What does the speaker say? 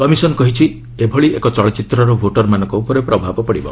commission କହିଛି ଏଭଳି ଏକ ଚଳଚ୍ଚିତ୍ରର ଭୋଟର୍ମାନଙ୍କ ଉପରେ ପ୍ରଭାବ ପଡ଼ିବ